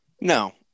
No